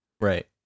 Right